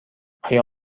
آیا